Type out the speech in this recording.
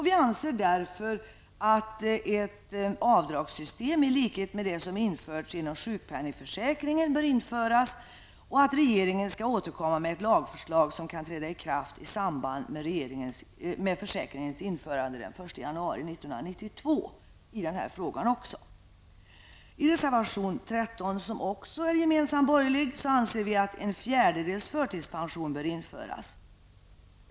Vi anser därför att ett avdragssystem i likhet med det som har införts inom sjukpenningförsäkringen bör införas och att regeringen skall återkomma med ett lagförslag som kan träda i kraft i samband med försäkringens införande den 1 januari 1992 i denna fråga också. I reservation 13, som också är gemensam borgerlig, framför vi att en fjärdedels förtidspension bör införas.